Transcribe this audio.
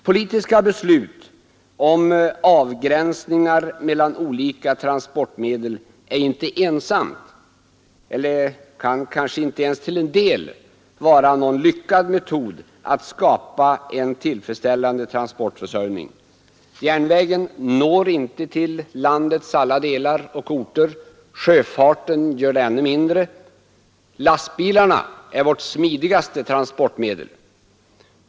Politiska beslut om avgränsningar mellan olika transportmedel är inte ensamma och kan kanske inte ens till en del vara någon lyckad metod att skapa en tillfredsställande transportförsörjning. Järnvägen når inte till landets alla delar och orter. Sjöfarten gör det ännu mindre. Lastbilarna är vårt smidigaste transportmedel.